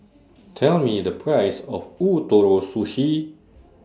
Tell Me The Price of Ootoro Sushi